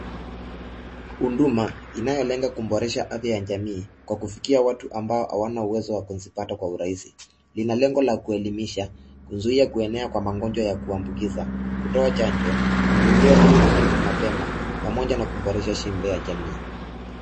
Huduma inayolenga kuboresha afya ya jamii kwa kufikia watu ambao hawana uwezo wa kupata kwa urahisi. Lina lengo la kuelimisha, kuzuia kuenea kwa magonjwa ya kuambukiza, kutoa chanjo, kugundua ili kutibu mapema, pamoja na kuboresha shibe ya jamii.